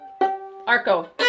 Arco